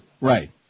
Right